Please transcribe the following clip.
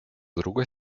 другой